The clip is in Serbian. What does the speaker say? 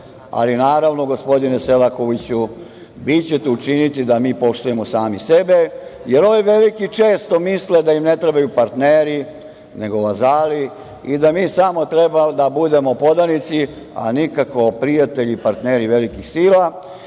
ali, naravno, gospodine Selakoviću vi ćete učiniti da mi poštujemo sami sebe, jer ovi veliki često misle da im ne trebaju partneri, nego vazali i da mi samo treba da budemo podanici, a nikako prijatelji, partneri velikih sila